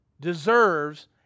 Deserves